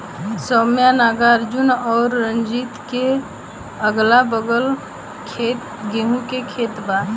सौम्या नागार्जुन और रंजीत के अगलाबगल गेंहू के खेत बा